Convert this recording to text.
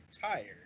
tired